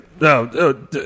no